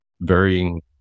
varying